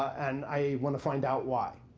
and i want to find out why.